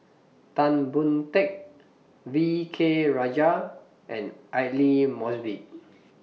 Tan Boon Teik V K Rajah and Aidli Mosbit